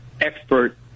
expert